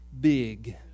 big